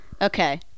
Okay